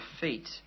feet